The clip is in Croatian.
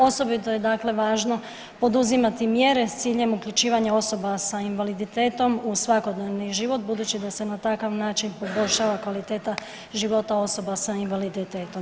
Osobito je dakle važno poduzimati mjere s ciljem uključivanja osoba sa invaliditetom u svakodnevni život budući da se na takav način poboljšava kvaliteta života osoba sa invaliditetom.